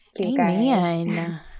Amen